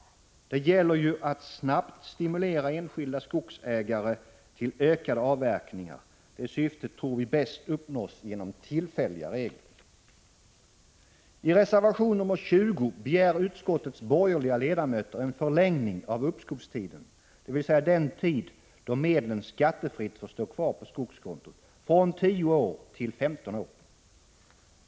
Det gäller ju att snabbt stimulera enskilda skogsägare till ökade avverkningar. Det syftet tror vi bäst uppnås genom tillfälliga regler. I reservation nr 20 begär utskottets borgerliga ledamöter en förlängning av uppskovstiden, dvs. den tid då medlen skattefritt får stå kvar på skogskontot, från 10 år till 15 år.